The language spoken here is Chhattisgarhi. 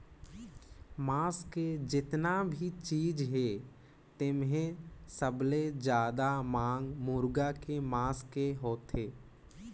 मांस के जेतना भी चीज हे तेम्हे सबले जादा मांग मुरगा के मांस के होथे